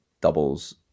doubles